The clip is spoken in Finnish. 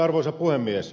arvoisa puhemies